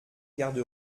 garde